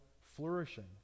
flourishing